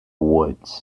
woods